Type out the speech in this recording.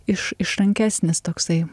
iš išrankesnis toksai